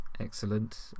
Excellent